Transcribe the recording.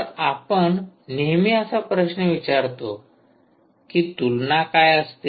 तर आपण नेहमी असा प्रश्न विचारतो की तुलना काय असते